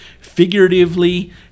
figuratively